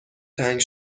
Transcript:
تنگ